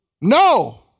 No